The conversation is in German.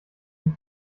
sich